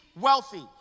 wealthy